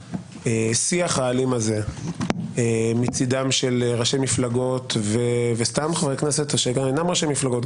שהשיח האלים הזה מצדם של ראשי מפלגות וסתם חברי כנסת שאינם ראשי מפלגות,